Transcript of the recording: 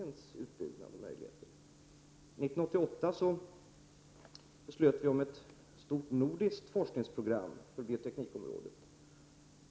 1988 beslöt vi om ett stort nordiskt forskningsprogram på bioteknikområdet.